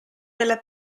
della